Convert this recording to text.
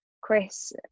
Chris